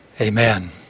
Amen